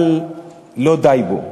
אבל לא די בו.